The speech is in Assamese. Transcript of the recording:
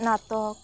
নাটক